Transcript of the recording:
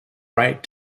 right